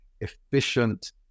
efficient